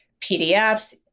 PDFs